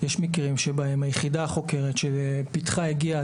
יש מקרים שבהם היחידה החוקרת שלפתחה הגיעה